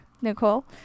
Nicole